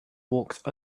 walked